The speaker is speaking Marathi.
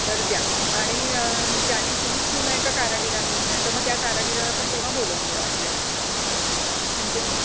तर द्या आणि ज्यांनी तुम्हीच शिवला आहे का कारागिरांनी नाहीतर मग त्या कारागिराला पण तेव्हा बोलवून घ्या वाटल्यास म्हणजे मग